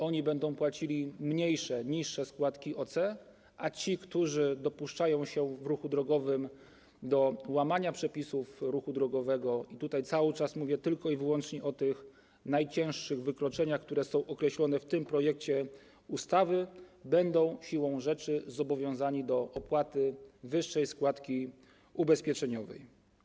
Oni będą płacili niższe składki OC, a ci, którzy dopuszczają się w ruchu drogowym łamania przepisów ruchu drogowego - cały czas mówię tylko i wyłącznie o najcięższych wykroczeniach, które są określone w tym projekcie ustawy - będą siłą rzeczy zobowiązani do opłaty wyższej składki ubezpieczeniowej.